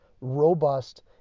robust